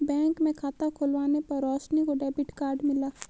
bank में खाता खुलवाने पर रोशनी को डेबिट कार्ड मिला